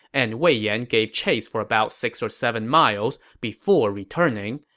and wei yan gave chase for about six or seven miles before returning,